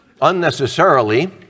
unnecessarily